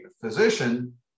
physician